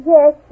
Yes